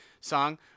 song